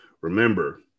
remember